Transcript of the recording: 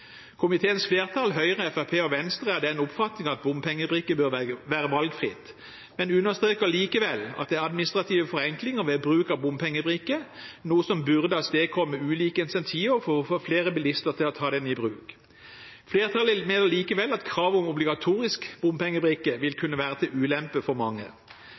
Komiteens flertall, Høyre, Fremskrittspartiet og Venstre, er av den oppfatning at bompengebrikke bør være valgfritt, men understreker likevel at det er administrative forenklinger ved bruk av bompengebrikke, noe som burde avstedkomme ulike incentiver for å få flere bilister til å ta det i bruk. Flertallet mener likevel at kravet om obligatorisk bompengebrikke vil kunne være til ulempe for mange.